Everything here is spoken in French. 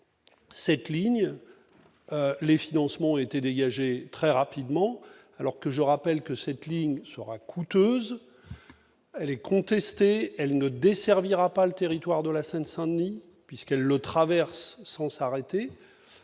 cette ligne les financements ont été dégagés, très rapidement, alors que je rappelle que cette ligne sera coûteuse, elle est contestée, elle ne desservira pas le territoire de la Seine-Saint-Denis, puisqu'elle le traverse sans s'arrêter,